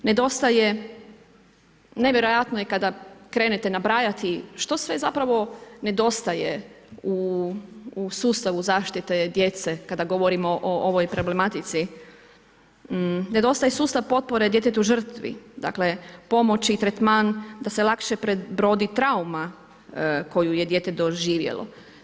Nedostaje, nevjerojatno je kada krenete nabrajati što sve zapravo nedostaje u sustavu zaštite djece kada govorimo o ovoj problematici, ne dostaje sustav potpore djetetu žrtvi, dakle pomoć i tretman da se lakše prebrodi trauma koju je dijete doživjelo.